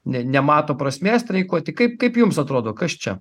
ne nemato prasmės streikuoti kaip kaip jums atrodo kas čia